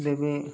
ଦେବେ